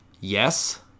Yes